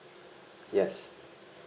yes